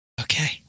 Okay